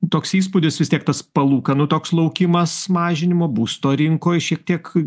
toks įspūdis vis tiek tas palūkanų toks laukimas mažinimo būsto rinkoj šiek tiek